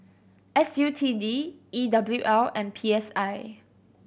S U T D E W L and P S I